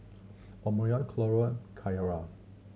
Omarion Carlo Ciarra